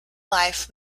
life